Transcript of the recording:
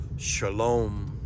Shalom